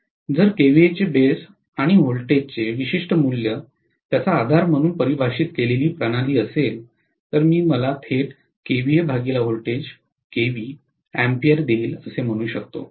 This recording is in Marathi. जर केवीए चे बेस आणि व्होल्टेजचे विशिष्ट मूल्य त्याचा आधार म्हणून परिभाषित केलेली प्रणाली असेल तर मी मला थेट अँपिअर देईल असे म्हणू शकतो